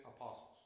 apostles